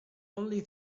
only